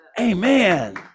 amen